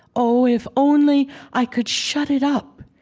oh, if only i could shut it up,